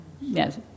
Yes